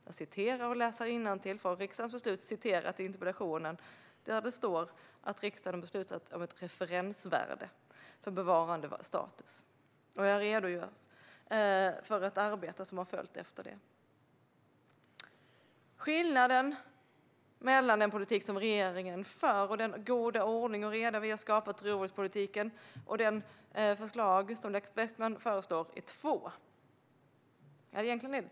Jag citerade och läste innantill från riksdagens beslut och interpellationen, där det står att riksdagen har beslutat om ett referensvärde för bevarandestatus, och jag redogjorde för det arbete som har följt efter detta. Det finns två skillnader mellan den politik som regeringen för - den goda ordning och reda vi har skapat i rovdjurspolitiken - och det förslag som Lars Beckman förespråkar.